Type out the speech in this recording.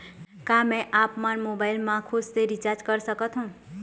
का मैं आपमन मोबाइल मा खुद से रिचार्ज कर सकथों?